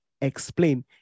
explain